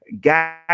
Got